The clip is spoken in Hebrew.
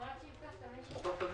שלהם כשהם דופקים על